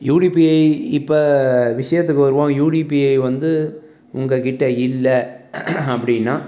யூடிபிஐ இப்போ விஷயத்துக்கு வருவோம் யூடிபிஐ வந்து உங்கக்கிட்ட இல்லை அப்படின்னா